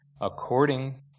according